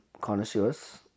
connoisseurs